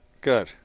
good